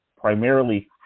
Primarily